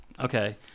okay